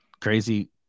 Crazy